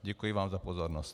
Děkuji vám za pozornost.